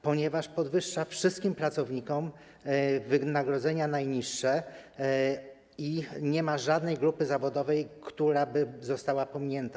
Ponieważ podwyższa wszystkim pracownikom wynagrodzenia najniższe i nie ma żadnej grupy zawodowej, która by została pominięta.